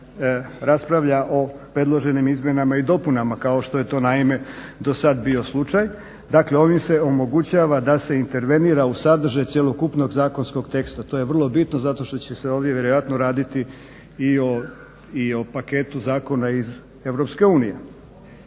se raspravlja o predloženim izmjenama i dopunama kao što je to naime do sad bio slučaj. Dakle, ovim se omogućava da se intervenira u sadržaj cjelokupnog zakonskog teksta. To je vrlo bitno zato što će se ovdje vjerojatno raditi i o paketu zakona iz EU.